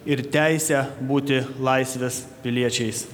ir teisę būti laisvės piliečiais